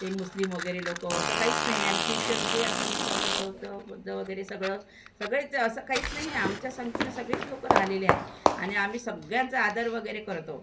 ते मुस्लिम वगैरे लोकं असं काहीच नाही आहे आणि ख्रिच्चनचे आपण संगत ठेवतो बुद्ध वगैरे सगळं सगळेच असं काहीच नाही आहे आमच्या संगतीने सगळेच लोक राहिलेले आहे आणि आम्हीही सगळ्याचं आदर वगैरे करतो